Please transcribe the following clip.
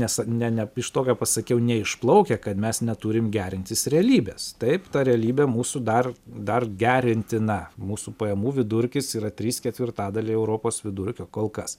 nes ne ne iš to ką pasakiau neišplaukia kad mes neturim gerintis realybės taip ta realybė mūsų dar dar gerintina mūsų pajamų vidurkis yra trys ketvirtadaliai europos vidurkio kol kas